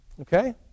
Okay